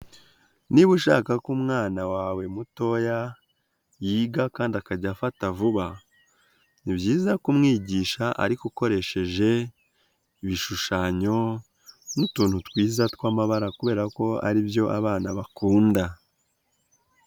Niba ushaka ko umwana wawe mutoya yiga kandi akajya afata vuba, ni byiza kumwigisha ariko ukoresheje ibishushanyo n'utuntu twiza twamabara kubera ko aribyo abana bakunda.